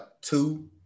two